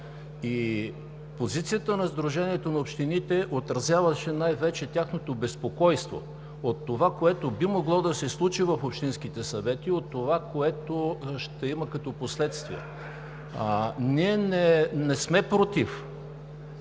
Позицията на Сдружението на общините отразяваше най-вече тяхното безпокойство от това, което би могло да се случи в общинските съвети, от това, което ще има като последствия. Ние не сме против